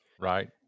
right